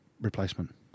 replacement